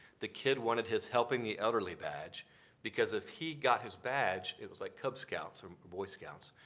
the kid wanted his helping the elderly badge because if he got his badge it was like cub scouts or and or boy scouts.